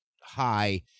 high